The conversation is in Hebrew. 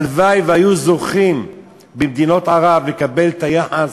הלוואי שהיו זוכים במדינות ערב לקבל את היחס,